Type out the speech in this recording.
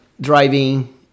driving